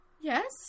Yes